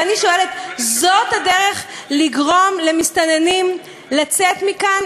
ואני שואלת: זאת הדרך לגרום למסתננים לצאת מכאן?